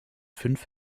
fünf